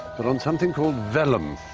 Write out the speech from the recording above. but on something called vellum.